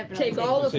take all